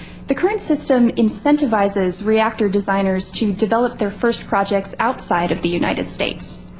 the current system incentivizes reactor designers to develop their first projects outside of the united states.